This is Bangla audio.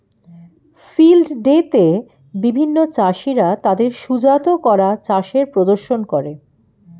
ফিল্ড ডে তে বিভিন্ন চাষীরা তাদের সুজাত করা চাষের প্রদর্শন করে